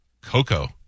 Coco